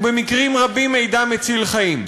הוא במקרים רבים מידע מציל חיים.